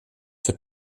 for